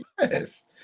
yes